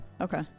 Okay